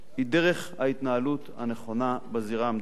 היא דרך ההנהלות הנכונה בזירה המדינית.